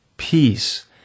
Peace